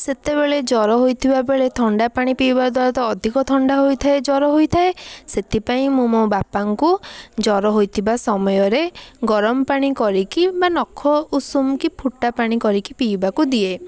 ସେତେବେଳେ ଜ୍ଵର ହୋଇଥିବାବେଳେ ଥଣ୍ଡାପାଣି ପିଇବା ଦ୍ୱାରା ତ ଅଧିକ ଥଣ୍ଡା ହୋଇଥାଏ ଜ୍ଵର ହୋଇଥାଏ ସେଥିପାଇଁ ମୁଁ ମୋ ବାପାଙ୍କୁ ଜ୍ଵର ହୋଇଥିବା ସମୟରେ ଗରମପାଣି କରିକି ବା ନଖ ଉଷୁମ କି ଫୁଟାପାଣି କରିକି ପିଇବାକୁ ଦିଏ